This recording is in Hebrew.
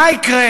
מה יקרה